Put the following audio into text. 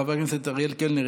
חבר הכנסת אריאל קלנר,